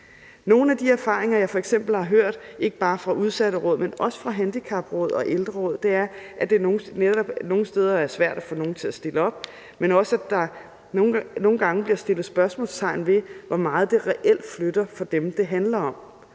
Nogle af de erfaringer, jeg f.eks. har hørt, ikke bare fra udsatteråd, men også fra handicapråd og ældreråd, er, at det netop nogle steder er svært at få nogen til at stille op, men også, at der nogle gange bliver sat spørgsmålstegn ved, hvor meget det reelt flytter for dem, det handler om.